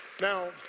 Now